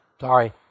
Sorry